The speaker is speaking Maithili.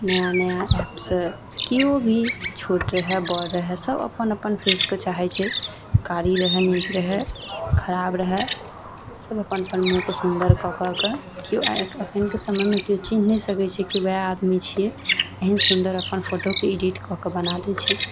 नया नया एप से केओ भी छोट रहए बड़ रहए सब अपन अपन फेसके चाहैत छै कारी रहए नीक रहए खराब रहए सब अपन अपन मुँहके सुन्दर कऽ कऽ कऽ केओ आइ एखनके समयमे केओ चीन्हे नहि सकैत छियै की ओएह आदमी छियै एहन सुन्दर अपन फोटो कऽ एडिट कऽ कऽ बना दै छै